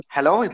Hello